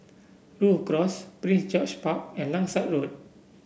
Rhu Cross Prince George Park and Langsat Road